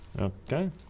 Okay